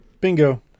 Bingo